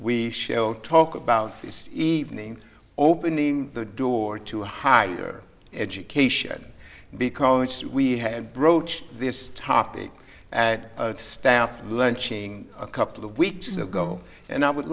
we shall talk about this evening opening the door to higher education because we had broached this topic at a staff lunching a couple of weeks ago and i would